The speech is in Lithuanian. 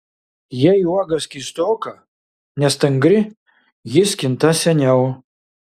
jei uoga skystoka nestangri ji skinta seniau